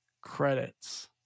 credits